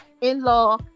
In-law